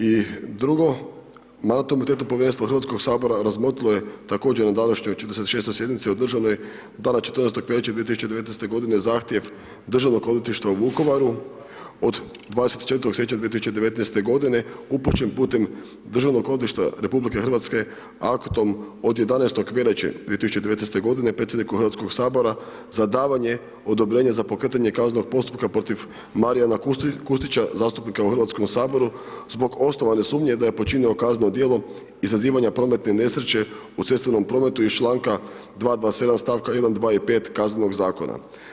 I drugo, Mandatno-imunitetno povjerenstvo Hrvatskog sabora razmotrilo je također na današnjoj 46. sjednici održanoj 14. veljače 2019. godine zahtjev Državnog odvjetništva u Vukovaru od 24. siječnja 2019. godine upućen putem Državnog odvjetništva RH aktom od 11. veljače 2019. godine predsjedniku Hrvatskog sabora za davanje odobrenja za pokretanje kaznenog postupka protiv Marijana Kustića, zastupnika zbog osnovane sumnje da je počinio kazneno djelo izazivanja prometne nesreće u cestovnom prometu iz članka 227. stavka 1., 2. i 5. Kaznenog zakona.